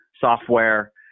software